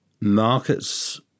markets